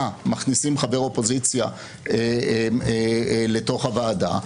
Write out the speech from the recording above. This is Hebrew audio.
מכניסים חבר אופוזיציה לתוך הוועדה,